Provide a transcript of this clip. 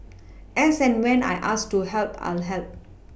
as and when I'm asked to help I'll help